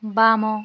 ବାମ